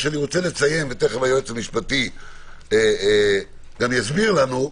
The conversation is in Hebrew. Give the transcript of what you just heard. אני מציין והיועץ המשפטי יסביר לנו,